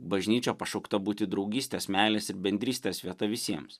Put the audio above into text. bažnyčia pašaukta būti draugystės meilės ir bendrystės vieta visiems